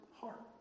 heart